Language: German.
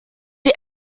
dir